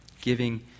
Giving